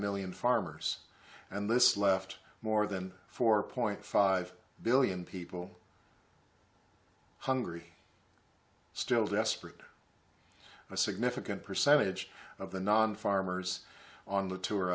million farmers and this left more than four point five billion people hungry still desperate a significant percentage of the non farmers on the